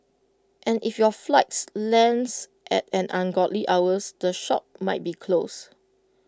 and if your flights lands at an ungodly hours the shops might be closed